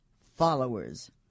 followers